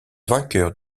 vainqueur